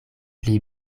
pli